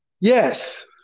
yes